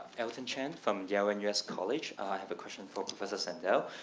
elton chen from dellen us college. i have a question for professor sandel.